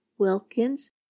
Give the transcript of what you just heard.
Wilkins